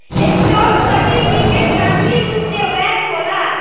stock certificate कानूनी रूप से वैध होला